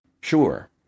sure